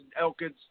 Elkins